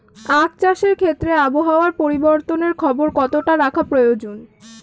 আখ চাষের ক্ষেত্রে আবহাওয়ার পরিবর্তনের খবর কতটা রাখা প্রয়োজন?